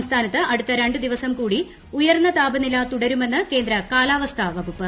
സംസ്ഥാനത്ത് അടുത്ത രണ്ടു ദിവസം കൂടി ഉയർന്ന താപനില തുടരുമെന്ന് കേന്ദ്ര കാലാവസ്ഥ വകുപ്പ്